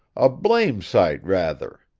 a blame' sight rather.